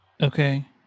Okay